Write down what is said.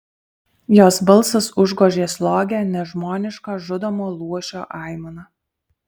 jos balsas užgožė slogią nežmonišką žudomo luošio aimaną